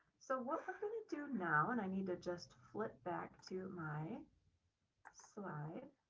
so what i'm going to do now, and i need to just flip back to my slide,